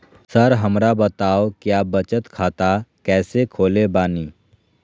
Sir हमरा बताओ क्या बचत खाता कैसे खोले बानी?